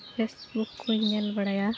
Facebook ᱠᱚᱧ ᱧᱮᱞᱵᱟᱲᱟᱭᱟ